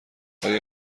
آیا